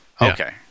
okay